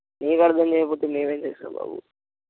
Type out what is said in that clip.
నీకు అర్థం చేయకపోతే మేము ఏమి చేస్తాం బాబు